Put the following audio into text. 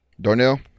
Darnell